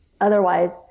otherwise